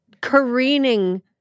careening